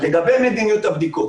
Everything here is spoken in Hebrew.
לגבי מדיניות הבדיקות